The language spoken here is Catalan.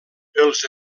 els